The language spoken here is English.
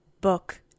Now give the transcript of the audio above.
Book